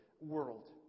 world